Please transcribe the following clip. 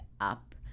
up